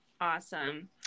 Awesome